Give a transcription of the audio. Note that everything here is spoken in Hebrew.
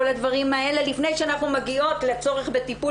כל הדברים האלה לפני שאנחנו מגיעות לצורך בטיפול